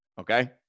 okay